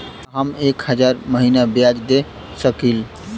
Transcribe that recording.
का हम एक हज़ार महीना ब्याज दे सकील?